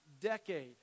decade